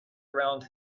around